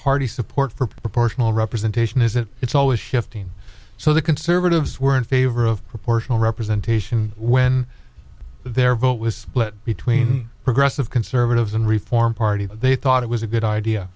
party support for proportional representation is that it's always shifting so the conservatives were in favor of proportional representation when their vote was split between progressive conservatives and reform party they thought it was a good idea